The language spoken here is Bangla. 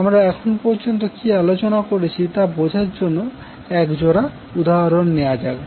আমরা এখন পর্যন্ত কী আলোচনা করেছি তা বোঝার জন্য এক জোড়া উদাহরণ নেওয়া যাক